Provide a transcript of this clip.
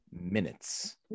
minutes